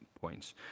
points